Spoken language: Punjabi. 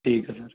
ਠੀਕ ਹੈ ਸਰ